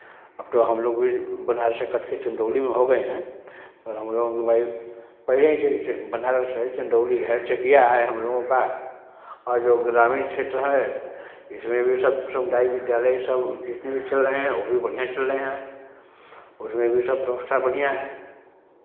अब तो हम लोग भी बनारस से कट के चंदौली में हो गए हैं पर हम लोगों की भाई पहले ही से बनारस है चंदौली है चकिया है हम लोगों का और जो ग्रामीण क्षेत्र हैं इसमें भी सब सामुदायिक विद्यालय ये सब जितने भी चल रहे हैं वो भी बढ़ियाँ चल रहे हैं उसमें भी सब व्यवस्था बढ़ियाँ है